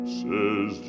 says